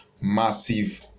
massive